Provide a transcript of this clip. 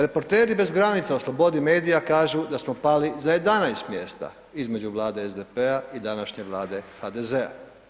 Reporteri bez granica o slobodi medija kažu da smo pali za 11 mjesta između vlade SDP-a i današnje vlade HDZ-a.